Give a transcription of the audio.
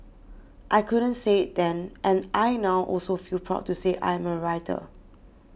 I couldn't say it then and I now also feel proud to say I am a writer